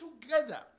together